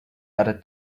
other